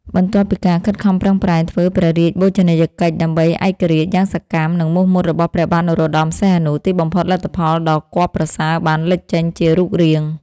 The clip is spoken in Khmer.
បន្ទាប់ពីការខិតខំប្រឹងប្រែងធ្វើព្រះរាជបូជនីយកិច្ចដើម្បីឯករាជ្យយ៉ាងសកម្ម និងមោះមុតរបស់ព្រះបាទនរោត្ដម សីហនុ ទីបំផុតលទ្ធផលដ៏គាប់ប្រសើរបានលេចចេញជារូបរាង។